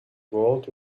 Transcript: gold